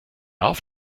auf